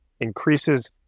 increases